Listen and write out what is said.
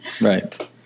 Right